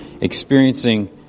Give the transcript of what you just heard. experiencing